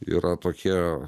yra tokie